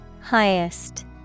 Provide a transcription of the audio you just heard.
Highest